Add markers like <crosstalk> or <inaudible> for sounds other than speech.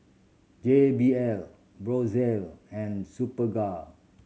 J B L <unintelligible> and Superga